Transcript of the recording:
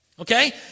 Okay